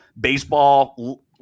Baseball